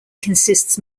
consists